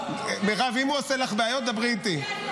מירב, אם הוא עושה לך בעיות, דברי איתי.